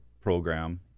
program